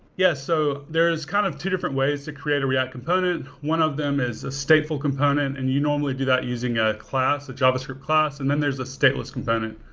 yes. so there is kind of two different ways to create a react component. one of them is a statefull component, and you normally do that using a class, a javascript class, and then there's a stateless component.